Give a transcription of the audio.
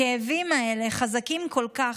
הכאבים האלה חזקים כל כך,